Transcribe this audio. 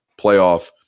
playoff